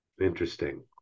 Interesting